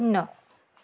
শূন্য